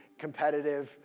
competitive